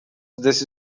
this